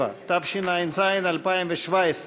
77), התשע"ז 2017,